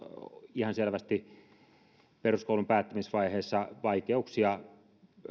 ihan selvästi peruskoulun päättämisvaiheessa vaikeuksia